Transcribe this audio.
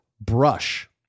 brush